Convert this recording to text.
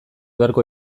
beharko